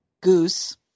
Goose